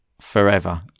forever